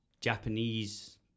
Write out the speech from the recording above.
Japanese